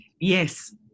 Yes